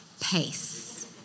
pace